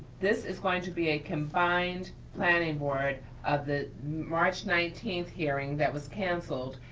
this is going to be a combined planning board of the march nineteenth hearing that was canceled,